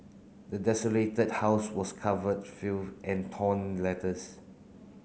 the desolated house was covered filth and torn letters